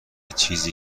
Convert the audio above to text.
چیزی